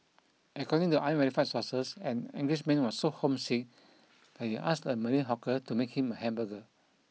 according to unverified sources an Englishman was so homesick that he asked a Malay hawker to make him a hamburger